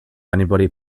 anybody